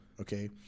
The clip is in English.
okay